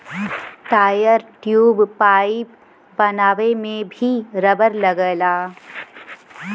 tyre, tube, pipe बनावे में भी रबड़ लगला